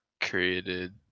created